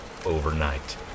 overnight